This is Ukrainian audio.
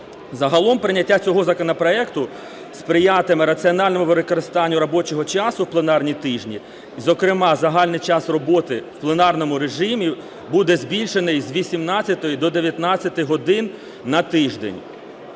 Загалом прийняття цього законопроекту сприятиме раціональному використанню робочого часу у пленарні тижні, зокрема загальний час роботи в пленарному режимі буде збільшений з 18-ти до 19-ти годин на тиждень.